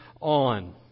on